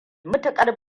matuƙar